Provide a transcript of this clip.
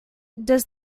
does